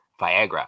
Viagra